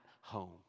home